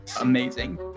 amazing